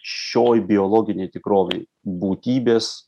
šioj biologinėj tikrovėj būtybės